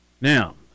Now